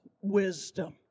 wisdom